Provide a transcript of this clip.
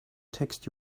text